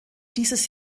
dieses